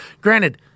Granted